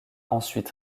ensuite